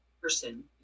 person